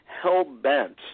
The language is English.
hell-bent